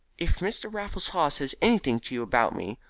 if mr. raffles haw says anything to you about me,